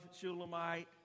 Shulamite